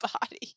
body